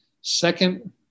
second